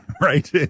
right